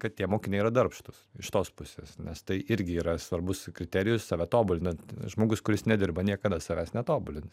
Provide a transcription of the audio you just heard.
kad tie mokiniai yra darbštūs iš tos pusės nes tai irgi yra svarbus kriterijus save tobulinant žmogus kuris nedirba niekada savęs netobulina